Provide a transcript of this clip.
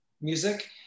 music